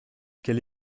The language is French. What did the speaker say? quelle